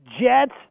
Jets